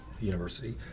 University